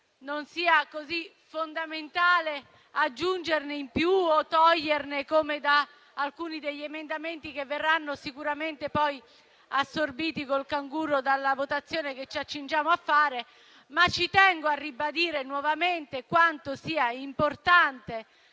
non sia così fondamentale aggiungerne o toglierne, come previsto da alcuni degli emendamenti che verranno sicuramente poi assorbiti con il canguro dalla votazione che ci accingiamo a fare, ma ci tengo a ribadire nuovamente quanto sia importante